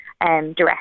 direct